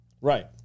Right